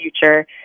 future